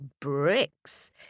bricks